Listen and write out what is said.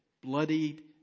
bloodied